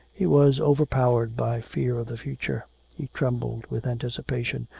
he was overpowered by fear of the future he trembled with anticipation,